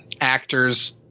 actors